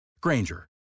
Granger